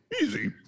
Easy